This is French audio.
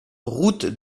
route